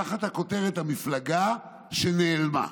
תחת הכותרת "המפלגה שנעלמה"